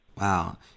Wow